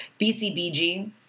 BCBG